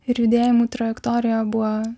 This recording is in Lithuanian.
ir judėjimų trajektorija buvo